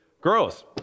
gross